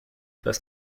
first